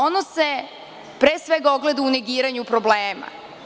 Ono se pre svega ogleda u nerviranju problema.